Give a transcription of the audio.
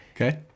Okay